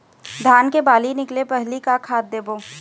धान के बाली निकले पहली का खाद देबो?